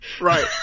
Right